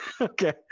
okay